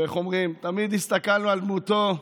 ואיך אומרים, תמיד הסתכלנו על דמותו,